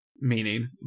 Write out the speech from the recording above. meaning